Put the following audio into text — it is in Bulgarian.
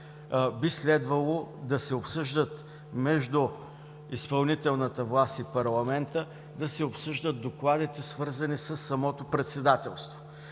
би следвало между изпълнителната власт и Парламента да се обсъждат докладите, свързани със самото председателство.